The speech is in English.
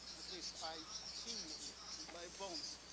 at least i feel in my bones